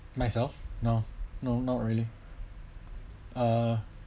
myself no no no not really uh